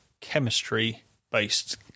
chemistry-based